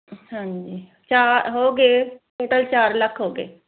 ਹਾਂਜੀ ਚਾ ਹੋ ਗਏ ਟੋਟਲ ਚਾਰ ਲੱਖ ਹੋ ਗਏ